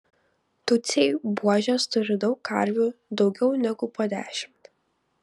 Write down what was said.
tutsiai buožės turi daug karvių daugiau negu po dešimt